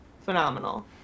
phenomenal